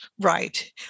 right